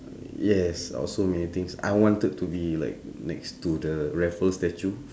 yes out of so many things I wanted to be like next to the raffles statue